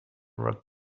rock